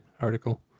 article